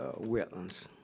wetlands